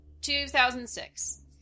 2006